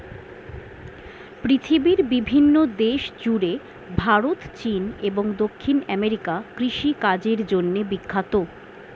পৃথিবীর বিভিন্ন দেশ জুড়ে ভারত, চীন এবং দক্ষিণ আমেরিকা কৃষিকাজের জন্যে বিখ্যাত